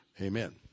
amen